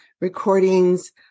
recordings